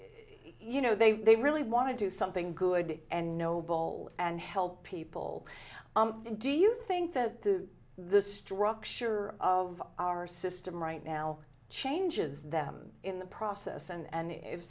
you know they really want to do something good and noble and help people do you think that the the structure of our system right now changes them in the process and